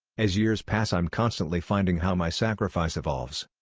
as years pass i'm constantly finding how my sacrifice evolves.